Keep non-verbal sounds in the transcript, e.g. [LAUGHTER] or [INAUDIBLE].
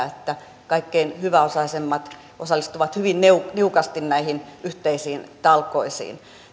[UNINTELLIGIBLE] että kaikkein hyväosaisimmat osallistuvat hyvin niukasti niukasti näihin yhteisiin talkoisiin